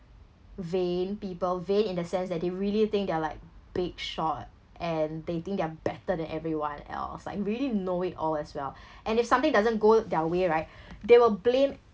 vain people vain in the sense that they really think they're like big shot and they think they're better than everyone else like really know-it-all as well and if something doesn't go their way right they will blame